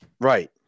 Right